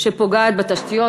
שפוגעת בתשתיות,